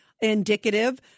indicative